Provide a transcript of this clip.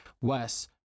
Wes